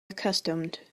accustomed